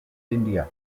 india